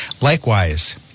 Likewise